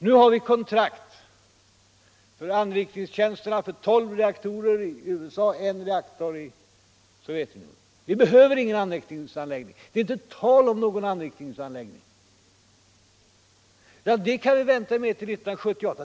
Nu har vi kontrakt för anrikningstjänster till tolv reaktorer i USA och för en reaktor i Sovjet. Vi behöver alltså ingen egen anrikningsanläggning, det är inte tal om någon sådan. Det är en diskussion som vi kan vänta med till 1978.